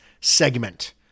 segment